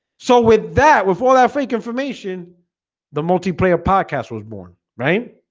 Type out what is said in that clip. so with that with all that fake information the multiplayer podcast was born, right?